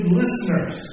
listeners